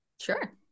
Sure